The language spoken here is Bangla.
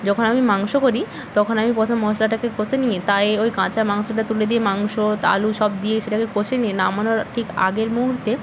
যখন আমি মাংস করি তখন আমি প্রথম মশলাটাকে কষে নিয়ে তায়ে ওই কাঁচা মাংসটা তুলে দিয়ে মাংস ত আলু সব দিয়ে সেটাকে কষে নিয়ে নামানোর ঠিক আগের মুহূর্তে